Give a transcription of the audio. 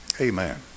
Amen